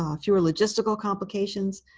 um fewer logistical complications.